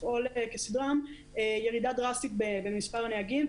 לפעול כסדרן ירידה דרסטית במספר הנהגים.